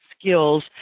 skills